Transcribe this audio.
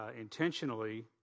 intentionally